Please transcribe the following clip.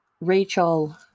Rachel